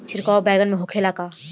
छिड़काव बैगन में होखे ला का?